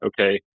okay